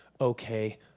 Okay